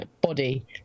body